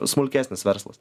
smulkesnis verslas